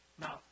Now